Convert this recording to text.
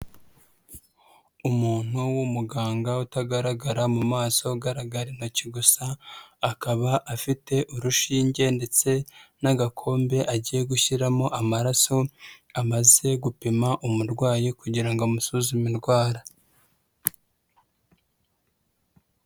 Umuntu w'umuganga utagaragara mu maso, ugaragara intoki gusa, akaba afite urushinge ndetse n'agakombe agiye gushyiramo amaraso amaze gupima umurwayi kugira ngo amusuzume indwara.